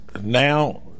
Now